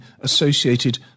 associated